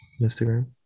instagram